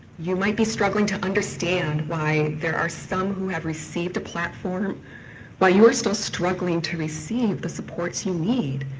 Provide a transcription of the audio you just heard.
you might be struggling to understand why there are some who have received a platform while you're still struggling to receive the supports you need,